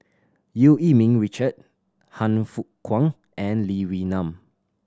Eu Yee Ming Richard Han Fook Kwang and Lee Wee Nam